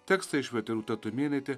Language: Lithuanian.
tekstą išvertė rūta tumėnaitė